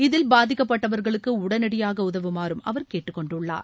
இதில் பாதிக்கப்பட்டவர்களுக்கு உடனடியாக உதவுமாறு அவர் கேட்டுக்கொண்டுள்ளார்